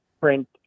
print